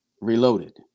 Reloaded